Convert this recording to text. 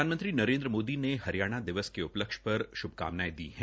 प्रधानमंत्री नरेन्द्र मोदी ने हरियाणा दिवस के उपलक्ष्य पर श्भकामनायें दी है